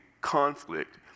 conflict